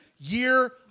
year